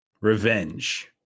Revenge